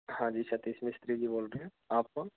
हाँ जी सतीश मिस्त्री जी बोल रहे हैं आप कौन